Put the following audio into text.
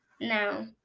No